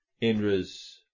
Indra's